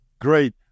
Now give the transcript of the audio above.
great